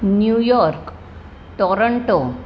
New York Toronto